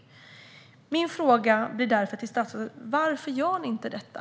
Min fråga till statsrådet blir därför: Varför gör ni inte detta?